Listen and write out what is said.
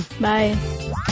Bye